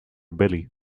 belly